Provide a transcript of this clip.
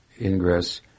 ingress